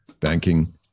banking